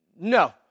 No